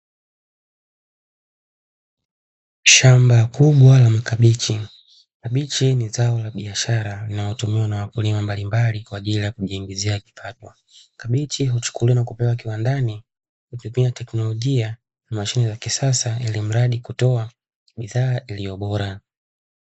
Shamba kubwa la kabichi, kabichi ni zao la biashara linalotumiwa na wakulima mbali mbali kwa ajili ya kujiingizia kipato. Kabichi huchukuliwa na kupelekwa kiwandani kupiti teknolojia na mashine za kisasa ili mradi kutoa bidhaa iliyobora.